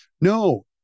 No